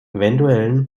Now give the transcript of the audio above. evtl